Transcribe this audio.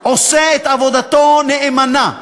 עושה את עבודתו נאמנה,